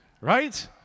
right